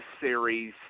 series